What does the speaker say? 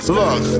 look